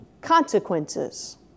consequences